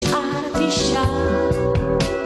את אישה